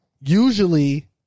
usually